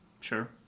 sure